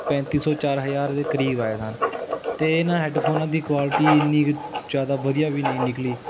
ਪੈਂਤੀ ਸੌ ਚਾਰ ਹਜ਼ਾਰ ਦੇ ਕਰੀਬ ਆਏ ਸਨ ਅਤੇ ਇਹਨਾਂ ਹੈੱਡਫ਼ੋਨਾਂ ਦੀ ਕੁਆਲਟੀ ਇੰਨੀ ਕੁ ਜ਼ਿਆਦਾ ਵਧੀਆ ਵੀ ਨਹੀਂ ਨਿਕਲੀ